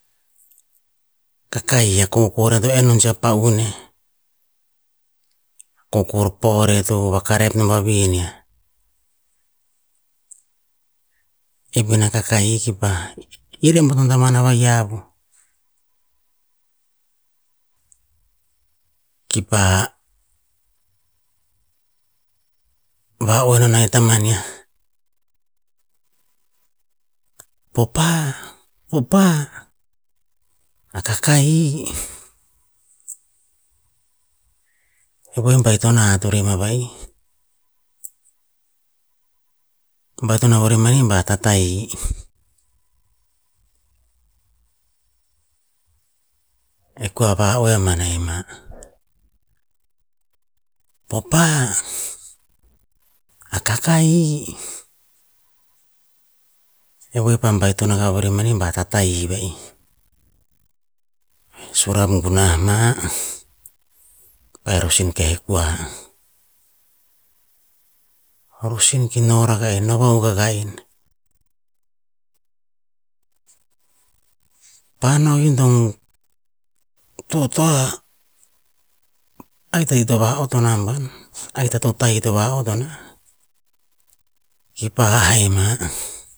Kaka'ih a kokor to enn nesi a pa'un ne, a kokor por re to vakarep nom a vihinia. Epina kaka'ih kipa, ir a buatom taman o va'hiav vu, kipa va oeh nana eh e tamanea. "Popa, popa, a kaka'ih", weh to va baiton a hat vurue ma va'ih, baitono vuren ma mani ba tata'hi, e kua va oeh bana en ma, "papa, a kaka'hi", e weh pa baiton ren ma mani ba, tah tahi va'ih. Surap gunah ma, pa'eh rosin ke kua, rosin ki no rakah en no vahuk akah en. Pa no i dong totoa, ahik ta ti to va ot o namban, ahik to tahi to va ot o nah. Kipa hah eh mah.